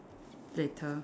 later